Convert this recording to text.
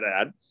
add